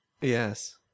yes